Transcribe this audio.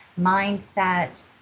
mindset